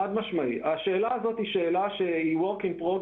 זו שאלה מתבקשת,